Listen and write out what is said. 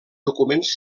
documents